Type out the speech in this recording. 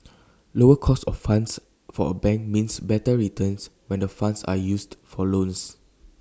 lower cost of funds for A bank means better returns when the funds are used for loans